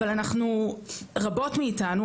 אבל אנחנו רבות מאיתנו,